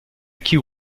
key